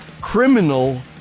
criminal